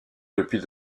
depuis